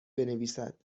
بنویسد